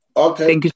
Okay